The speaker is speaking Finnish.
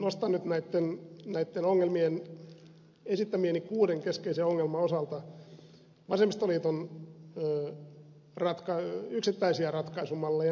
nostan nyt näitten esittämieni kuuden keskeisen ongelman osalta vasemmistoliiton yksittäisiä ratkaisumalleja